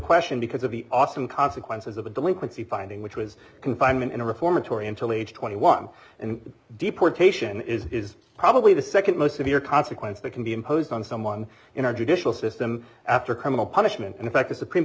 question because of the awesome consequences of a delinquency finding which was confinement in a reformatory until age twenty one and deportation is is probably the second most severe consequence that can be imposed on someone in our judicial system after criminal punishment and in fact the supreme